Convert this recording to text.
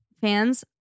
fans